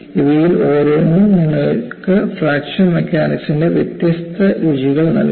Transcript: ഇവയിൽ ഓരോന്നും നിങ്ങൾക്ക് ഫ്രാക്ചർ മെക്കാനിക്സിന്റെ വ്യത്യസ്ത രുചികൾ നൽകുന്നു